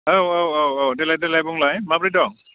औ औ औ देलाय देलाय बुंलाय माबोरै दं